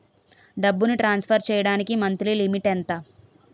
డబ్బును ట్రాన్సఫర్ చేయడానికి monthly limit ఎంత?